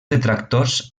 detractors